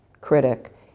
critic